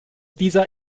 dieser